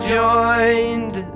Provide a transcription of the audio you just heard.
joined